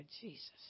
Jesus